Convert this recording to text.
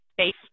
space